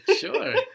sure